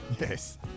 Yes